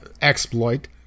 exploit